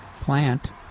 plant